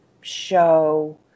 show